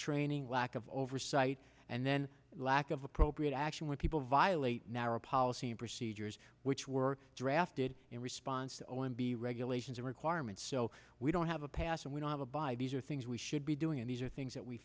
training lack of oversight and then lack of appropriate action when people violate narrow policy and procedures which were drafted in response to o m b regulations and requirements so we don't have a pass and we don't have a buy these are things we should be doing and these are things that we